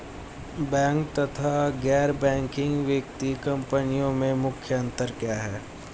Bank तथा गैर banking वित्तीय कंपनियों में मुख्य अंतर क्या है?